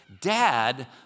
Dad